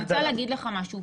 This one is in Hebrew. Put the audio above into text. אני רוצה להגיד לך משהו,